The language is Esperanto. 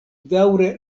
daŭre